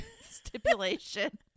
stipulation